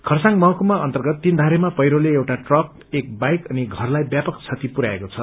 खरसाङ महकुमा अन्नगत तीनथारेमा पैकोले एउटा ट्रक एक बाईक अनि घरताई ब्यापक क्षति पुर्याएको छ